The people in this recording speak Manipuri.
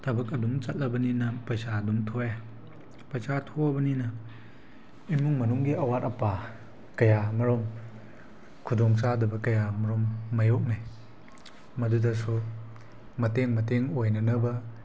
ꯊꯕꯛ ꯑꯗꯨꯝ ꯆꯠꯂꯕꯅꯤꯅ ꯄꯩꯁꯥ ꯑꯗꯨꯝ ꯊꯣꯛꯑꯦ ꯄꯩꯁꯥ ꯊꯣꯛꯑꯕꯅꯤꯅ ꯏꯃꯨꯡ ꯃꯅꯨꯡꯒꯤ ꯑꯋꯥꯠ ꯑꯄꯥ ꯀꯌꯥ ꯃꯔꯨꯝ ꯈꯨꯗꯣꯡ ꯆꯥꯗꯕ ꯀꯌꯥ ꯃꯔꯨꯝ ꯃꯥꯏꯌꯣꯛꯅꯩ ꯃꯗꯨꯗꯁꯨ ꯃꯇꯦꯡ ꯃꯇꯦꯡ ꯑꯣꯏꯅꯅꯕ